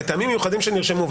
מטעמים מיוחדים שנרשמו,